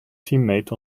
teammate